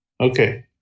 Okay